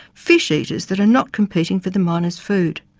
fish eaters that are not competing for the miners' food.